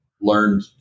learned